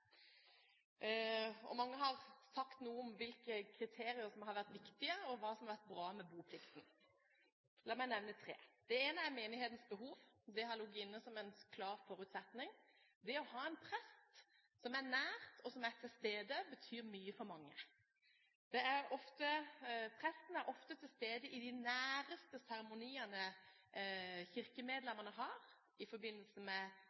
Mange har sagt noe om hvilke kriterier som har vært viktige, og hva som har vært bra med boplikten. La meg nevne tre: Det ene er menighetens behov. Det har ligget inne som en klar forutsetning. Det å ha en prest som er nær og til stede, betyr mye for mange. Presten er ofte til stede i de næreste seremoniene kirkemedlemmene har i forbindelse med